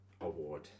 award